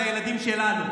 זה הילדים שלנו.